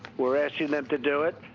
we're asking them to do it,